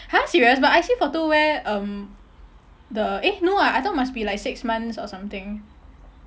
!huh! serious but I_C photo where um the eh no ah I thought must be like six months or something